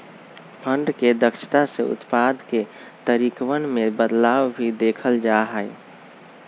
fund के दक्षता से उत्पाद के तरीकवन में बदलाव भी देखल जा हई